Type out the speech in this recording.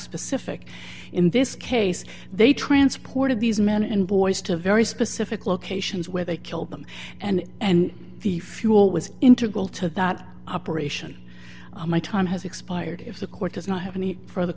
specific in this case they transported these men and boys to very specific locations where they killed them and and the fuel was integral to that operation and my time has expired if the court does not have any further